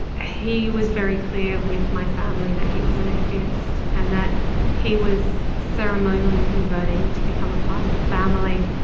he was very clear with my family that he was an atheist and that he was ceremonially converting to become a part of the family.